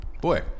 boy